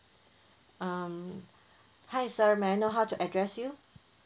um hi sir may I know how to address you